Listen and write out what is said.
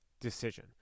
decision